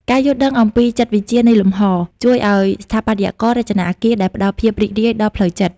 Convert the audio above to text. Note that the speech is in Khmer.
ការយល់ដឹងអំពីចិត្តវិទ្យានៃលំហ ជួយឱ្យស្ថាបត្យកររចនាអគារដែលផ្ដល់ភាពរីករាយដល់ផ្លូវចិត្ត។